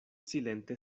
silente